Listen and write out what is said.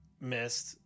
missed